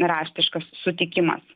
raštiškas sutikimas